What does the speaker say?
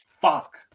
Fuck